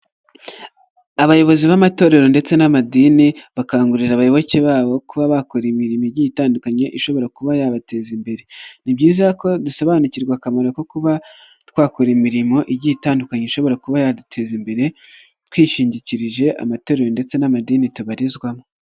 Abayobozi b'amatorero ndetse n'amadini bakangurira abayoboke babo kuba bakora imirimo itandukanye ishobora kuba yabateza imbere, ni byiza ko dusobanukirwa akamaro ko kuba twakora imirimo igiye itandukanye ishobora kuba yaduteza imbere twishingikirije amatorero ndetse n'amadini tubarizwamo.